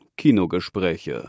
Kinogespräche